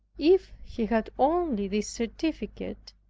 if he had only this certificate,